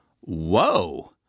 Whoa